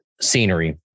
scenery